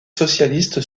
socialiste